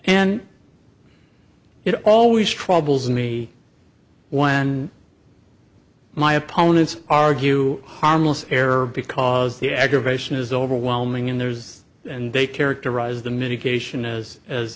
and it always troubles me when my opponents argue harmless error because the aggravation is overwhelming in theirs and they characterize the medication as